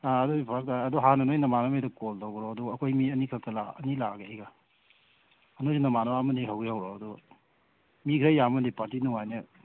ꯑꯥ ꯑꯗꯨꯗꯤ ꯐꯔꯛ ꯇꯥꯔꯦ ꯑꯗꯨ ꯍꯥꯟꯅ ꯅꯣꯏ ꯅꯃꯥꯟꯅꯕꯈꯩꯗ ꯀꯣꯜ ꯇꯧꯈ꯭ꯔꯣ ꯑꯗꯨꯒ ꯑꯩꯈꯣꯏ ꯃꯤ ꯑꯅꯤ ꯈꯛꯇ ꯂꯥꯛ ꯑꯅꯤ ꯂꯥꯛꯑꯒꯦ ꯑꯩꯒ ꯅꯣꯏꯁꯨ ꯅꯃꯥꯟꯅꯕ ꯑꯃ ꯑꯅꯤ ꯍꯧꯒꯦ ꯍꯧꯔꯛꯑꯣ ꯑꯗꯨꯒ ꯃꯤ ꯈꯔ ꯌꯥꯝꯃꯗꯤ ꯄꯥꯔꯇꯤ ꯅꯨꯡꯉꯥꯏꯅꯤꯕ